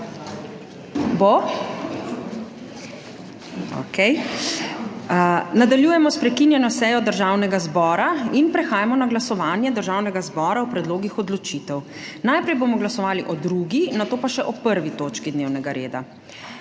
Bo? Okej. Nadaljujemo s prekinjeno sejo Državnega zbora in prehajamo na glasovanje Državnega zbora o predlogih odločitev. Najprej bomo glasovali o 1., nato pa še o 1. točki dnevnega reda.